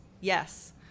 yes